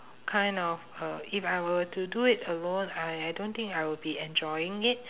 kind of uh if I were to do it alone I I don't think I will be enjoying it